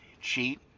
cheat